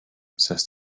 sest